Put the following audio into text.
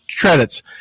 credits